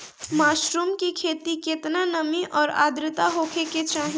Mushroom की खेती में केतना नमी और आद्रता होखे के चाही?